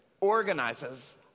organizes